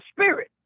spirit